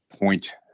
point